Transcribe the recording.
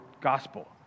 Gospel